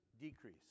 decrease